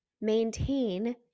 maintain